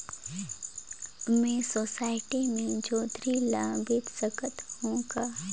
मैं सोसायटी मे जोंदरी ला बेच सकत हो का?